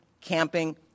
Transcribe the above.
camping